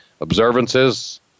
observances